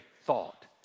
thought